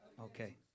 Okay